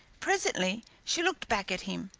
presently she looked back at him,